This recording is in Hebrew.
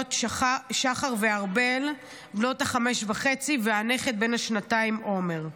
הנכדות שחר וארבל בנות החמש וחצי והנכד בן השנתיים עומר.